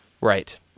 Right